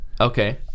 Okay